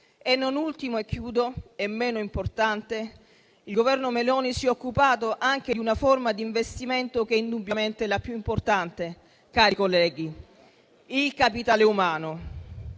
Non ultimo e non meno importante, il Governo Meloni si è occupato anche di una forma di investimento che indubbiamente è la più importante, cari colleghi: il capitale umano,